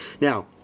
Now